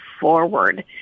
forward